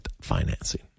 financing